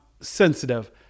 sensitive